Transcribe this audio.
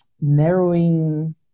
narrowing